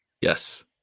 yes